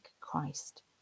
Christ